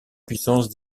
puissance